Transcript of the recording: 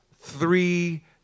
three